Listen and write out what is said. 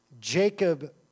Jacob